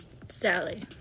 Sally